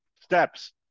Steps